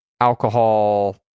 alcohol